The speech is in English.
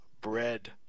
Bread